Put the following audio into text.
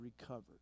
recovered